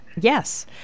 Yes